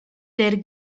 der